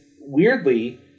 weirdly